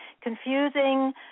confusing